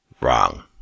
wrong